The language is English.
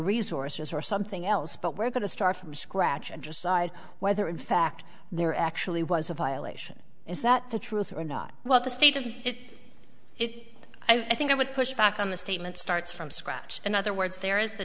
resources or something else but we're going to start from scratch and just side whether in fact there actually was a violation is that the truth or not well the state of it i think i would push back on the statement starts from scratch in other words there is the